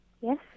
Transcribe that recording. yes